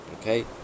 Okay